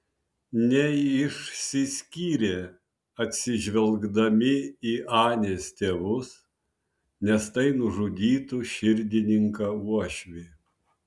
neišsiskyrė atsižvelgdami į anės tėvus nes tai nužudytų širdininką uošvį